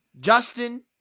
Justin